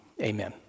amen